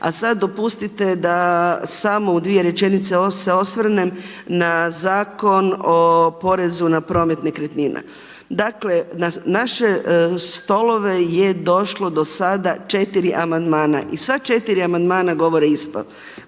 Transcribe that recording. A sada dopustite da samo u dvije rečenice se osvrnem na Zakon o porezu na promet nekretnina. Dakle na naše stolove je došlo do sada 4 amandmana i sva četiri amandmana govore isto.